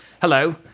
hello